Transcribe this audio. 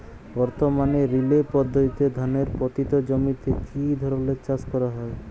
বর্তমানে রিলে পদ্ধতিতে ধানের পতিত জমিতে কী ধরনের চাষ করা হয়?